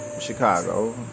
Chicago